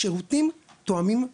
שירותים תואמים מגזר.